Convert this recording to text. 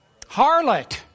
harlot